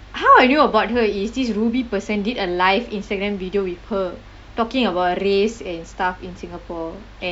how I knew about her is this ruby person did a live Instagram video with her talking about race and stuff in singapore and